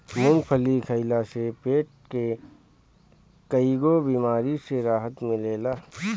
मूंगफली खइला से पेट के कईगो बेमारी से राहत मिलेला